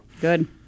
Good